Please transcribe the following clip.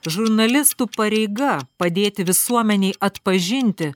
žurnalistų pareiga padėti visuomenei atpažinti